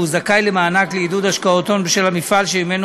והוא זכאי למענק לעידוד השקעות הון בשל המפעל שממנו